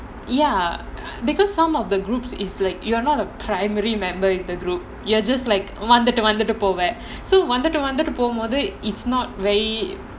ya because some of the group is like you're not a primary member in the group you are just like வந்துட்டு வந்துட்டு போவ:vandhuttu vandhuttu pova so வந்துட்டு வந்துட்டு போவும்போது:vandhuttu vandhuttu povumpothu is not very